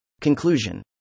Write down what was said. Conclusion